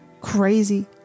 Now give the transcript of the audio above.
Crazy